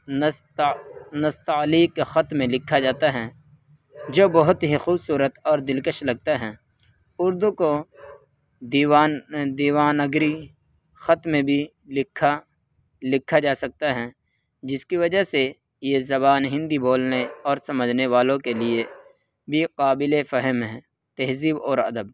نستعلیق خط میں لکھا جاتا ہے جو بہت ہی خوبصورت اور دلکش لگتا ہے اردو کو دیوان دیو ناگری خط میں بھی لکھا لکھا جا سکتا ہے جس کی وجہ سے یہ زبان ہندی بولنے اور سمجھنے والوں کے لیے بھی قابل فہم ہے تہذیب اور ادب